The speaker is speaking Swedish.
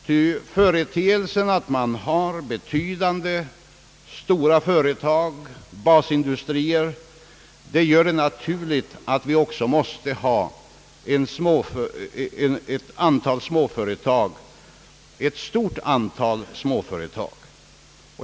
Det förhållandet att man har ett betydande antal stora företag, basindustrier, gör det naturligt att vi också måste ha ett stort antal småföretag.